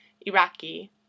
Iraqi